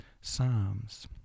Psalms